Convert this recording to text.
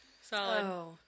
Solid